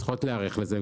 הן צריכות להיערך לזה.